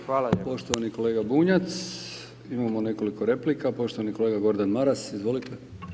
Zahvaljujem poštovani kolega Bunjac, imamo nekoliko replika poštovani kolega Gordan Maras, izvolite.